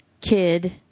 kid